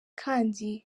kandi